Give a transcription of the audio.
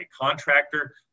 contractor